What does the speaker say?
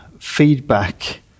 feedback